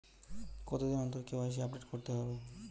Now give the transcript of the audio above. কতদিন অন্তর KYC update করতে হবে?